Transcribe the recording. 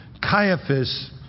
Caiaphas